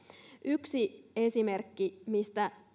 yksi esimerkki siitä mistä